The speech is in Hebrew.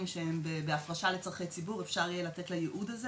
שהם בהפרשה לצרכי ציבור יהיה אפשר לתת לייעוד הזה